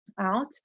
out